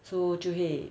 so 就会